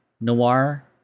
noir